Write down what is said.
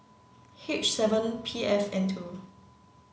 H seven P F N two